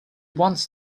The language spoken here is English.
wants